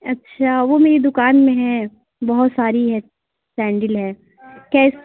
اچھا وہ میری دُكان میں ہیں بہت ساری ہیں سینڈل ہیں کیسی